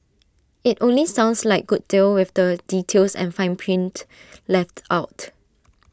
IT only sounds like good deal with the details and fine print left out